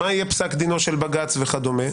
מה יהיה פסק דינו של בג"ץ וכדומה.